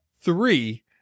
Three